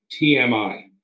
TMI